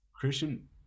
Christian